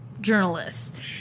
journalist